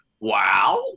wow